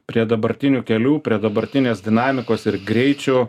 prie dabartinių kelių prie dabartinės dinamikos ir greičių